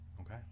okay